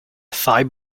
thigh